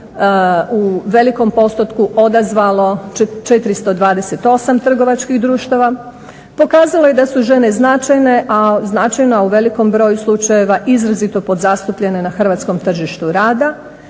u velikom postotku odazvalo 428 trgovačkih društava. Pokazalo je da su žene značajne, a značajna u velikom broju slučajeva izrazito podzastupljene na hrvatskom tržištu rada